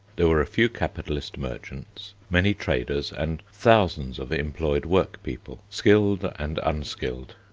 there were a few capitalist merchants, many traders, and thousands of employed workpeople, skilled and unskilled.